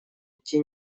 идти